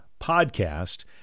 podcast